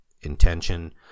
intention